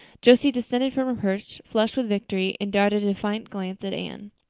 josie descended from her perch, flushed with victory, and darted a defiant glance at anne.